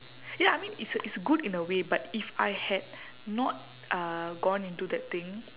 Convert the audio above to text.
ya I mean it's a it's a good in a way but if I had not uh gone into that thing